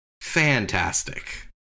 fantastic